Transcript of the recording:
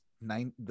nine